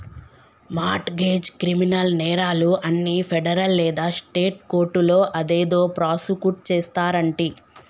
mart గెజ్, criminal నేరాలు అన్ని federal లేదా స్టేట్ కోర్టులో అదేదో ప్రాసుకుట్ చేస్తారంటి